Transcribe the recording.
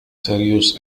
serious